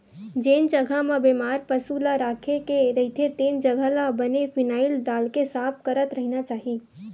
जेन जघा म बेमार पसु ल राखे गे रहिथे तेन जघा ल बने फिनाईल डालके साफ करत रहिना चाही